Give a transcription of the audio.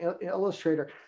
illustrator